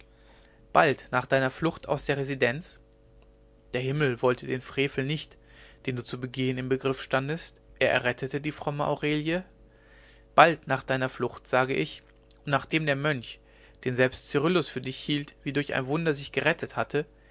bald nach deiner flucht aus der residenz der himmel wollte den frevel nicht den du zu begehen im begriff standest er errettete die fromme aurelie bald nach deiner flucht sage ich und nachdem der mönch den selbst cyrillus für dich hielt wie durch ein wunder sich gerettet hatte